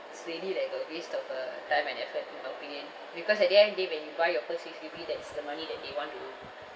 it's really like a waste of uh time and effort in my opinion because at the end day when you buy your first H_D_B that is the money that they want to